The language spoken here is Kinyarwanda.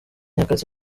nyakatsi